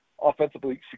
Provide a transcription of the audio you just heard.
offensively